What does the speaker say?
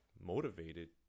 motivated